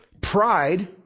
pride